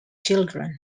children